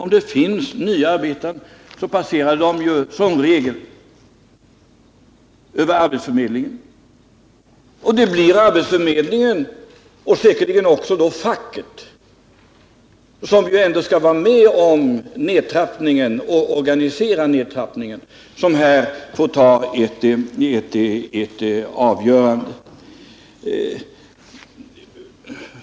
Om det finns nya arbeten, så passerar de som regel arbetsförmedlingen, och det blir arbetsförmedlingen och säkerligen också facket, som ju ändå skall vara med och organisera nedtrappningen, som här får ta ett avgörande.